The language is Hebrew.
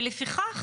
ולפיכך,